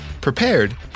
prepared